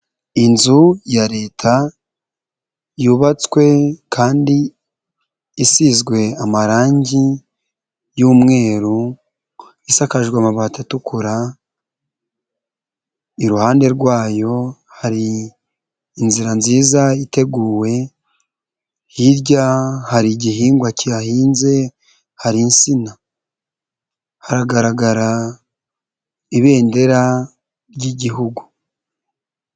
Inzu ya leta, yubatswe kandi isizwe amarangi y'umweru, isakajwe amabati atukura, iruhande rwayo hari inzira nziza iteguwe, hirya hari igihingwa cyahahinze hari insina, haragaragara ibendera ry'igihugu.